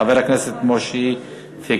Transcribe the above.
חבר הכנסת משה פייגלין.